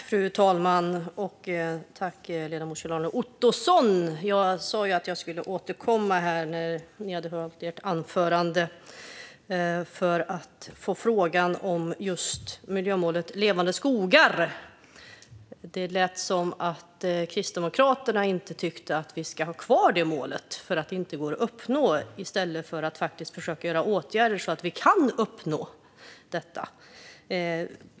Fru talman! Jag sa ju att jag skulle återkomma när ledamoten hållit sitt anförande för att fråga om miljömålet Levande skogar. Det lät som att Kristdemokraterna inte tycker att vi ska ha kvar det målet för att det inte går att uppnå - i stället för att vidta åtgärder så att vi faktiskt kan uppnå det.